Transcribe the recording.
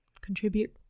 contribute